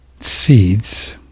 seeds